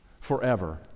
forever